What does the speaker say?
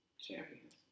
Champions